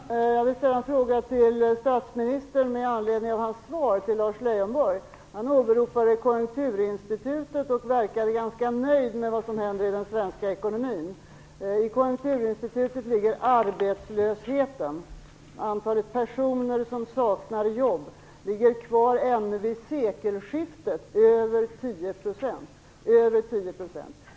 Herr talman! Jag vill ställa en fråga till statsministern med anledning av hans svar till Lars Leijonborg. Statsministern åberopade Konjunkturinstitutet och verkade ganska nöjd med vad som händer i den svenska ekonomin. I Konjunkturinstitutets prognos ligger arbetslösheten, antalet personer som saknar jobb, ännu vid sekelskiftet kvar över 10 %.